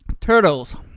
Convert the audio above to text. turtles